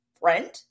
friend